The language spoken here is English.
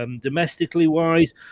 domestically-wise